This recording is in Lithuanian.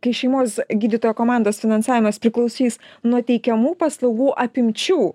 kai šeimos gydytojo komandos finansavimas priklausys nuo teikiamų paslaugų apimčių